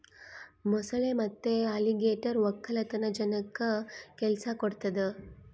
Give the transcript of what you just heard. ಮೊಸಳೆ ಮತ್ತೆ ಅಲಿಗೇಟರ್ ವಕ್ಕಲತನ ಜನಕ್ಕ ಕೆಲ್ಸ ಕೊಡ್ತದೆ